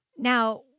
Now